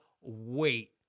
wait